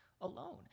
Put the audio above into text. alone